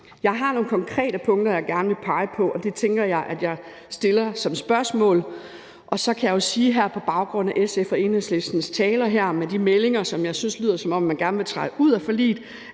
Jeg har nogle konkrete punkter, jeg gerne vil pege på, og dem tænker jeg at stille som spørgsmål. Så kan jeg jo sige her på baggrund af SF's og Enhedslistens taler og med de udmeldinger, som jeg synes lyder, som om man gerne vil træde ud af forliget,